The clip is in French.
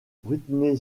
britney